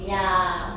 ya